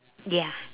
ya